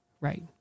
Right